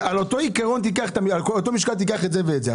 על אותו משקל קח את זה ואת זה.